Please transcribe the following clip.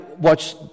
watch